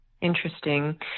Interesting